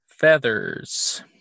feathers